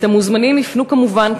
את המוזמנים הפנו כמובן,